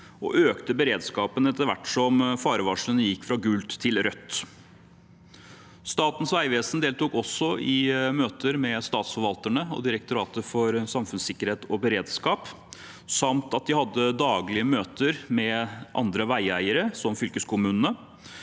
og økte beredskapen etter hvert som farevarslene gikk fra gult til rødt. Statens vegvesen deltok også i møter med statsforvalterne og Direktoratet for samfunnssikkerhet og beredskap samt at de hadde daglige møter med andre veieiere, som fylkeskommunene,